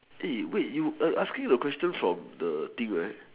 wait you asking the question from the thing right